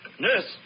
Nurse